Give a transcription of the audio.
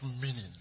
meaning